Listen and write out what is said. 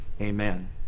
amen